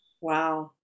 Wow